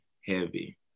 heavy